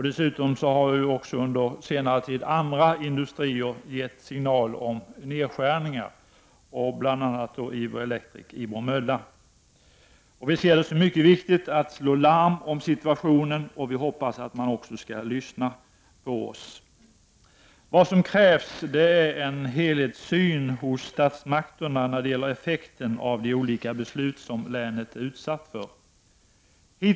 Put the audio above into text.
Dessutom har också under senare tid andra industrier gett signaler om nedskärningar, bl.a. Ifö Electric i Bromölla. Vi ser det som mycket viktigt att slå larm om situationen, och vi hoppas att man skall lyssna på oss. Vad som krävs är en helhetssyn hos statsmakterna när det gäller effekten av de olika beslut som länet blir föremål för.